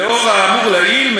לאור האמור לעיל,